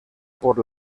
por